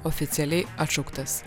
oficialiai atšauktas